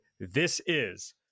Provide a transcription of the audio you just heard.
THISIS